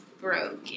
broken